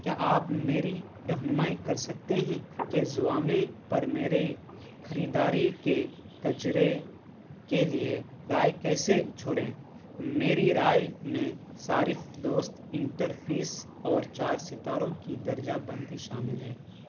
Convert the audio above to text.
کیا آپ میری رہنمائی کر سکتے ہیں کہ زؤامے پر میرے خریداری کے تجرے کے لیے رائے کیسے چھوڑیں میری رائے میں صارف دوست انٹرفیس اور چار ستاروں کی درجہ بندی شامل ہے